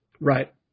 Right